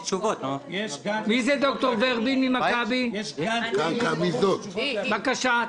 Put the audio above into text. ד"ר ורבין ממכבי, בבקשה,